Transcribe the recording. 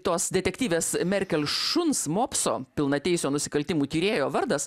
tos detektyvės merkel šuns mopso pilnateisio nusikaltimų tyrėjo vardas